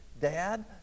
Dad